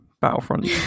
Battlefront